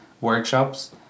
workshops